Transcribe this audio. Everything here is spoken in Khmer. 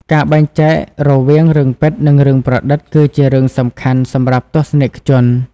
ការបែងចែករវាងរឿងពិតនិងរឿងប្រឌិតគឺជារឿងសំខាន់សម្រាប់ទស្សនិកជន។